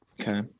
Okay